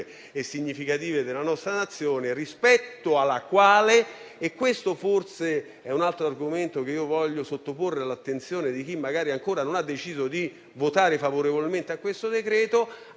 e significative della nostra Nazione, rispetto alla quale - è un altro argomento che voglio sottoporre all'attenzione di chi magari ancora non ha deciso di votare favorevolmente questo decreto-legge